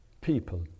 people